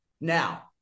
Now